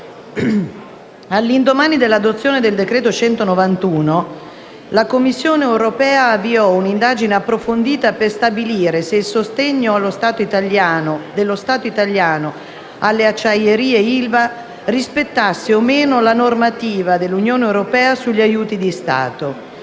All'indomani dell'adozione del decreto-legge n. 191, la Commissione europea avviò un'indagine approfondita per stabilire se il sostegno dello Stato italiano alle acciaierie ILVA rispettasse o meno la normativa dell'Unione europea sugli aiuti di Stato: